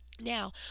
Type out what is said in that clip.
Now